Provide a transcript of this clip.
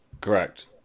Correct